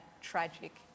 tragic